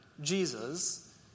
Jesus